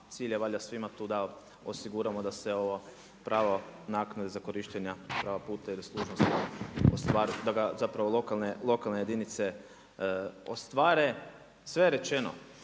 cilj je valjda svima tu da osiguramo da se ovo pravo naknade za korištenja prava puta i služnosti ostvari, da ga ustvari lokalne jedinice ostvare. Sve je rečeno,